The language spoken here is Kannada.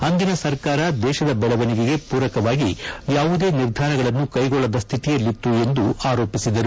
ಅಂದಿನ ಸರ್ಕಾರ ದೇಶದ ದೇಳವಣಿಗೆಗೆ ಪೂರಕವಾಗಿ ಯಾವುದೇ ನಿರ್ಧಾರಗಳನ್ನು ಕೈಗೊಳ್ಳದ ಸ್ಥಿತಿಯಲ್ಲಿತ್ತು ಎಂದು ಆರೋಪಿಸಿದರು